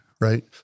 right